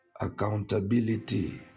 accountability